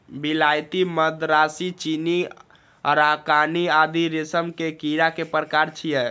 विलायती, मदरासी, चीनी, अराकानी आदि रेशम के कीड़ा के प्रकार छियै